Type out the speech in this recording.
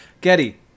Getty